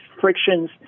frictions